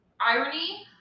irony